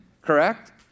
correct